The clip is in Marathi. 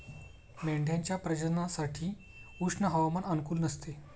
मेंढ्यांच्या प्रजननासाठी उष्ण हवामान अनुकूल नसते